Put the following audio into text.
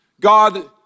God